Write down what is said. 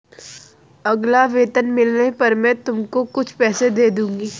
अगला वेतन मिलने पर मैं तुमको कुछ पैसे दे दूँगी